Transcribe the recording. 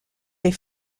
des